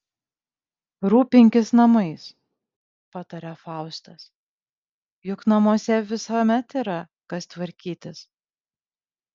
rūpinkis namais pataria faustas juk namuose visuomet yra kas tvarkytis